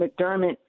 McDermott